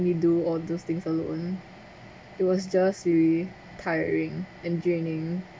me do all those things alone it was just very tiring and draining